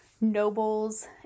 nobles